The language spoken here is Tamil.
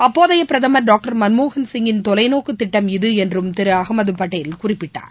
அப்போதையபிரதமர் டாக்டர் மன்மோகன்சிங்கின் தொலைநோக்குதிட்டம் இது என்றும் திருஅகமதுபட்டேல் குறிப்பிட்டார்